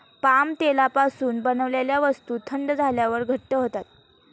palm तेलापासून बनवलेल्या वस्तू थंड झाल्यावर घट्ट होतात